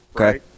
Okay